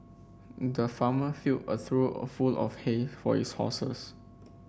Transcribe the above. the farmer filled a trough of full of hay for his horses